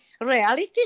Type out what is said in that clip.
reality